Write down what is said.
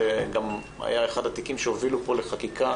שגם היה אחד התיקים שהובילו לחקיקת